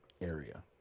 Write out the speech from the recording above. area